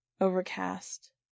overcast